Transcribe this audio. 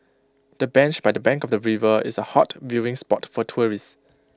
the bench by the bank of the river is A hot viewing spot for tourists